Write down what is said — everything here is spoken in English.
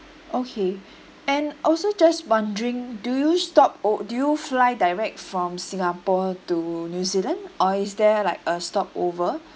okay and also just wondering do you stop or do you fly direct from singapore to new zealand or is there like a stopover